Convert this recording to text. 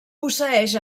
posseeix